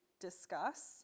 discuss